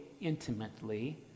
intimately